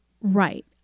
Right